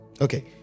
okay